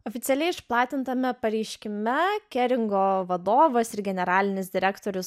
oficialiai išplatintame pareiškime keringo vadovas ir generalinis direktorius